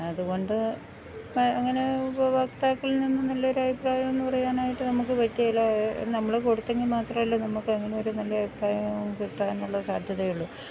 അതുകൊണ്ട് അങ്ങനെ ഇപ്പം മൊത്തത്തിൽ നിന്നും നല്ലൊരു അഭിപ്രായം എന്ന് പറയാനായിട്ട് നമുക്ക് പറ്റിയില്ല നമ്മള് കൊടുത്തെങ്കിൽ മാത്രമല്ലേ നമുക്ക് അങ്ങനെ ഒരു നല്ല അഭിപ്രായവും കിട്ടാനുള്ള സാധ്യതയുള്ളൂ